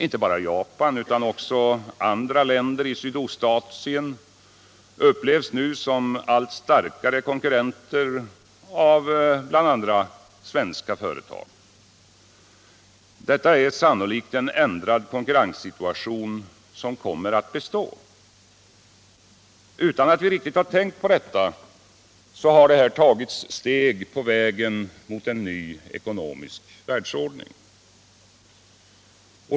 Inte bara Japan, utan också andra länder i Sydostasien, upplevs nu som allt starkare konkurrenter av bl.a. svenska företag. Det är sannolikt en ändrad konkurrenssituation, som kommer att bestå. Utan att vi riktigt har tänkt på detta har det tagits steg på vägen mot en ny ekonomisk världsordning.